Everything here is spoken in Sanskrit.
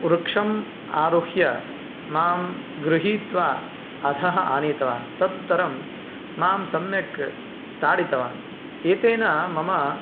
वृक्षम् आरुह्य मां गृहीत्वा अधः आनीतवान् तदुत्तरं मां सम्यक् ताडितवान् एतेन मम